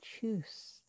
Choose